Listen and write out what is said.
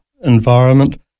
environment